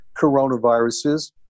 coronaviruses